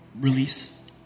release